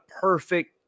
perfect